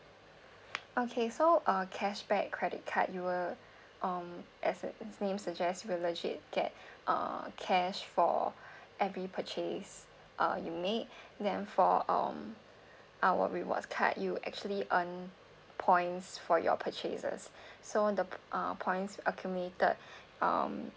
okay so uh cashback credit card you will um as its name suggest will actually get uh cash for every purchase uh you made then for um our rewards card you will actually earn points for your purchases so the uh points accumulated um